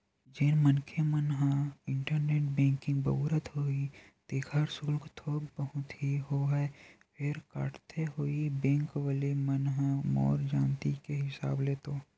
जेन मनखे मन ह इंटरनेट बेंकिग बउरत होही तेखर सुल्क थोक बहुत ही होवय फेर काटथे होही बेंक वले मन ह मोर जानती के हिसाब ले तो